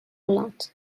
ireland